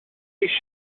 eisoes